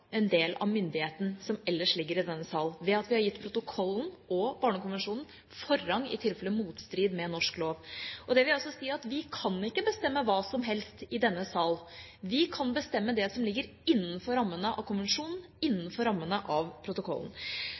en del av myndigheten som ellers ligger i denne sal, ved at vi har gitt protokollen og Barnekonvensjonen forrang i tilfelle motstrid til norsk lov. Det vil altså si at vi ikke kan bestemme hva som helst i denne sal. Vi kan bestemme det som ligger innenfor rammene av konvensjonen, innenfor rammene av protokollen.